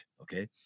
okay